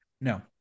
No